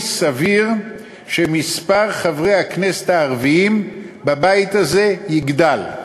סביר שמספר חברי הכנסת הערבים בבית הזה יגדל.